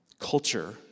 Culture